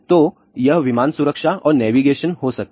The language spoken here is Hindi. तो यह विमान सुरक्षा और नेवीगेशन हो सकता है